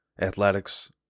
Athletics